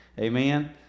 Amen